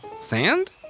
Sand